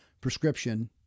prescription